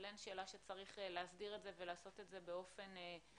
אין שאלה שצריך להסדיר את זה ולעשות את זה באופן מסודר,